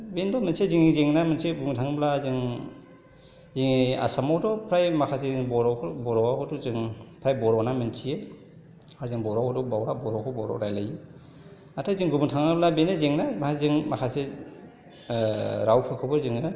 बेनोथ मोनसे' जोंनि जेंना मोनसे बुंनो थाङोब्ला जों जोंनि आसामावथ' फ्राय माखासे जोंनि बर'फोर बर'आवबोथ' जों फ्राय बर' होनना मोन्थियो आरो जों बर' रावखौ बावा बर'खौ बर' रायज्लायो नाथाय जों बुंनो थाङोब्ला बेनो जेंना जों माखासे रावफोरखौबो जोङो